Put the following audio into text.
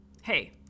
Hey